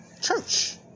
church